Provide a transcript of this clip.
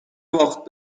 باخت